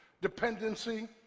dependency